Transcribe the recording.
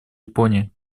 японии